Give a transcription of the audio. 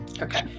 okay